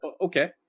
Okay